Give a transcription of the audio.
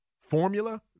formula